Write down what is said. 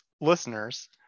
listeners